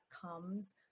comes